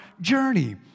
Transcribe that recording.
journey